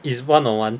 is one on one